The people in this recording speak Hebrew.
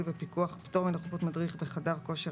ופיקוח) (פטור מנוכחות מדריך בחדר כושר),